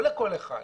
לא לכל אחד.